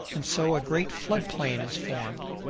and so a great flood-plain is formed.